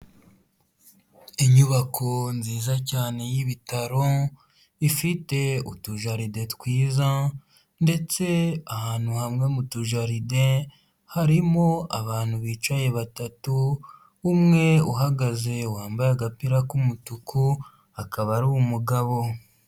Inyubako nziza cyane y'ibitaro, ifite utujaride twiza ndetse ahantu hamwe mu tujaride harimo abantu bicaye batatu, umwe uhagaze wambaye agapira k'umutuku akaba ari umugabo.